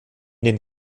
den